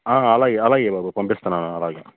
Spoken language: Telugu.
అలాగే అలాగే బాబు పంపిస్తన్నాను అలాగే